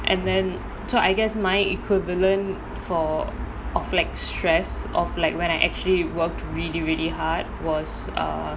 and then so I guess my equivalent for of like stress of like when I actually worked really really hard was err